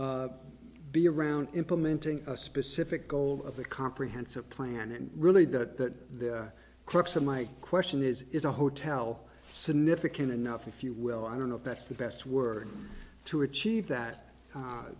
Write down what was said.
be around implementing a specific goal of a comprehensive plan and really that the crux of my question is is a hotel significant enough if you will i don't know if that's the best word to achieve that